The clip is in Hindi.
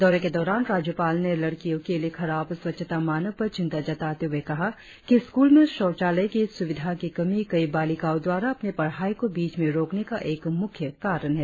दौरे के दौरान राज्यपाल ने लड़कियों के लिए खराब स्वच्छता मानक पर चिंता जताते हुए कहा कि स्क्रल में शौचालय की सुविधा की कमी कई बालिकाओं द्वारा अपनी पढ़ाई को बीच में रोकने का एक मुख्य कारण है